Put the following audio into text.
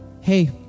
Hey